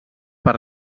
per